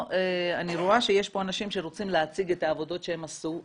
אני רואה שיש פה אנשים שרוצים להציג את העבודות שהם עשו,